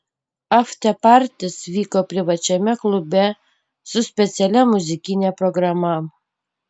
aftepartis vyko privačiame klube su specialia muzikine programa